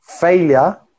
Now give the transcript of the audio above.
Failure